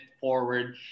forward